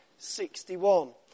61